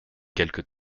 quelques